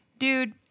Dude